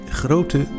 grote